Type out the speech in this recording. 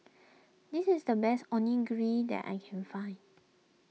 this is the best Onigiri that I can find